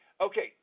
Okay